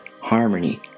harmony